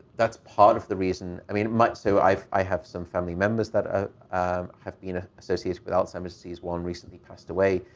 that's part of the reason. i mean, so i i have some family members that ah um have been associated with alzheimer's disease, one recently passed away.